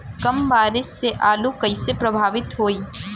कम बारिस से आलू कइसे प्रभावित होयी?